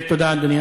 תודה, אדוני.